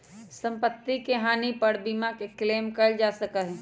सम्पत्ति के हानि पर बीमा के क्लेम कइल जा सका हई